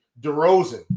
DeRozan